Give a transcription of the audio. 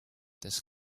this